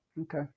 Okay